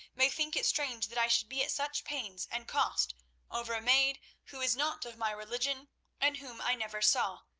may think it strange that i should be at such pains and cost over a maid who is not of my religion and whom i never saw,